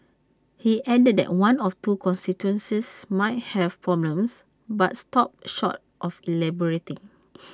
he added that one of two constituencies might have problems but stopped short of elaborating